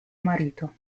marito